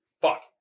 Fuck